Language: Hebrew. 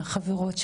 חברות,